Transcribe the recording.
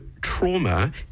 trauma